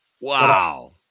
Wow